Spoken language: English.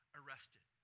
arrested